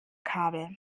kabel